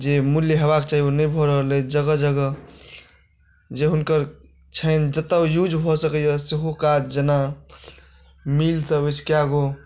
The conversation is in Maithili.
जे मूल्य होयबाक चाही ओ नहि भऽ रहल अछि जगह जगह जे हुनकर छनि जतय ओ यूज भऽ सकैए सेहो काज जेना मीलसभ अछि कए गो